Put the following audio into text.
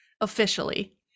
officially